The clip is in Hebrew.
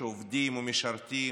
שעובדים ומשרתים